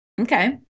Okay